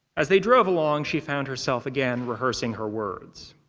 as they drove along, she found herself again rehearsing her words.